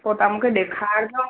पोइ तव्हां मूंखे ॾेखारिजो